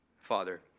Father